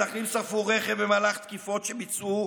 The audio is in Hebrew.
מתנחלים שרפו רכב במהלך תקיפות שביצעו